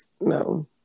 No